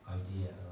idea